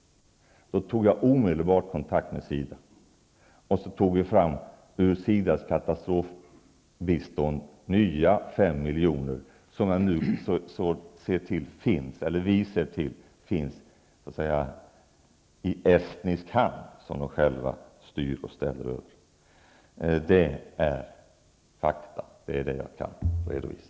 Då tog jag omedelbart kontakt med SIDA. Ur SIDA:s katastrofbistånd tog vi fram fem nya miljoner som nu finns i estnisk hand. Dessa styr och ställer man själv med. Det är fakta. Det är vad jag kan redovisa.